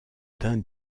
d’un